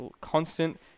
constant